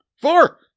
four